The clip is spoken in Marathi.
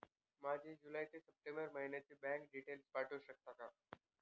माझे जुलै ते सप्टेंबर महिन्याचे बँक डिटेल्स पाठवू शकता का?